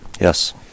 Yes